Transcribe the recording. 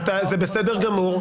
זה בסדר גמור.